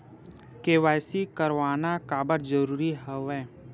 KYC करवाना काबर जरूरी हवय?